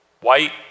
white